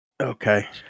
Okay